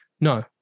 No